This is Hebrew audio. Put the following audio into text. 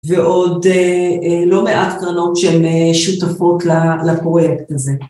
ועוד לא מעט קרנות שהן שותפות לפרויקט הזה.